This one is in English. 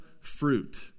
fruit